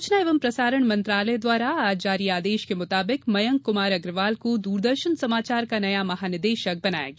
सूचना एवं प्रसारण पमंत्रालय की आज जारी आदेश के मुताबिक मयंक कुमार अग्रवाल को दूरदर्शन समाचार का नया महानिदेशक बनाया गया